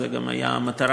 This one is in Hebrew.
זו גם הייתה המטרה,